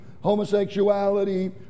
homosexuality